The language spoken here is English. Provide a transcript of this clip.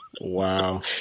Wow